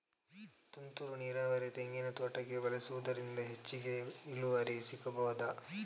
ತುಂತುರು ನೀರಾವರಿ ತೆಂಗಿನ ತೋಟಕ್ಕೆ ಬಳಸುವುದರಿಂದ ಹೆಚ್ಚಿಗೆ ಇಳುವರಿ ಸಿಕ್ಕಬಹುದ?